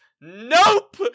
Nope